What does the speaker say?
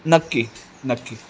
नक्की नक्की